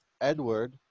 Edward